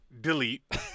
Delete